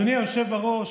אדוני היושב-ראש,